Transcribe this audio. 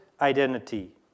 identity